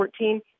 2014